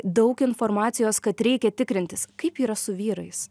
daug informacijos kad reikia tikrintis kaip yra su vyrais